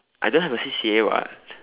I don't have A C_C_A [what]